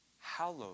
hallowed